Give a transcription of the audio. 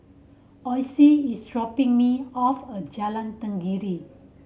Ossie is dropping me off a Jalan Tenggiri